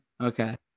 okay